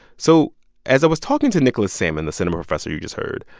so as i was talking to nicholas sammond, the cinema professor you just heard,